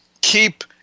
Keep